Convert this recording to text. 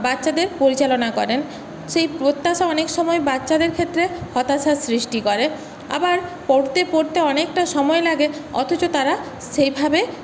বাচ্চাদের পরিচালনা করেন সেই প্রত্যাশা অনেকসময় বাচ্চাদের ক্ষেত্রে হতাশার সৃষ্টি করে আবার পড়তে পড়তে অনেকটা সময় লাগে অথচ তারা সেইভাবে